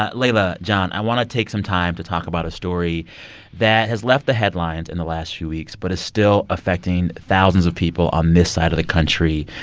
ah leila, jon, i want to take some time to talk about a story that has left the headlines in the last few weeks but is still affecting thousands of people on this side of the country